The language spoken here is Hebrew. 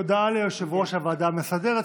הודעת יושב-ראש הוועדה המסדרת,